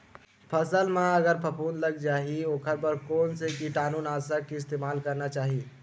फसल म अगर फफूंद लग जा ही ओखर बर कोन से कीटानु नाशक के इस्तेमाल करना चाहि?